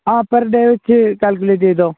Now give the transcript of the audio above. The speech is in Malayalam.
ആ പെർ ഡേ വെച്ച് കാൽക്കുലേറ്റ് ചെയ്തോ